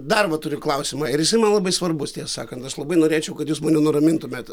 dar va turiu klausimą ir man labai svarbus tiesą sakant aš labai norėčiau kad jūs mane nuramintumėt